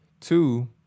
two